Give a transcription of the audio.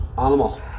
Animal